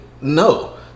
no